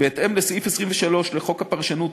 בהתאם לסעיף 23 לחוק הפרשנות,